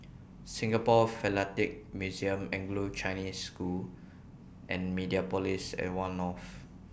Singapore Philatelic Museum Anglo Chinese School and Mediapolis At one North